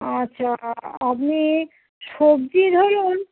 আচ্ছা আপনি সবজি ধরুন